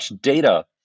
data